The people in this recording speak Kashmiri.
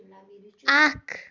اَکھ